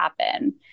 happen